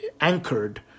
anchored